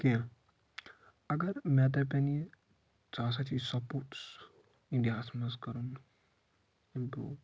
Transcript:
کینٛہہ اگر مےٚ دپن یہِ ژٕ ہسا چھے سپوٹٕس اِنڈیاہس منز کَرُن اِمپرٛوٗ